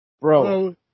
Bro